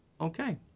Okay